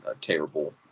terrible